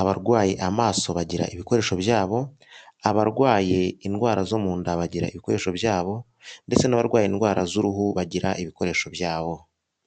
Abarwaye amaso bagira ibikoresho byabo, abarwaye indwara zo mu nda bagira ibikoresho byabo, ndetse n'abarwaye indwara z'uruhu bagira ibikoresho byabo.